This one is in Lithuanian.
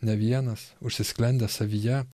ne vienas užsisklendęs savyje